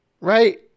Right